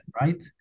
right